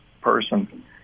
person